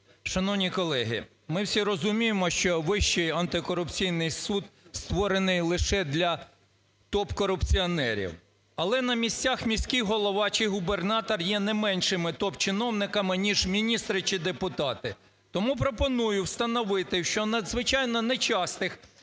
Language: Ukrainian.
Шановні колеги, ми всі розуміємо, що Вищий антикорупційний суд створений лише для топ-корупціонерів. Але на місцях міський голова чи губернатор є не меншими топ-чиновниками, ніж міністри чи депутати, тому пропоную встановити, що надзвичайно нечастих